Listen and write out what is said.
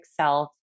self